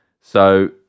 So-